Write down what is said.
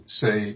say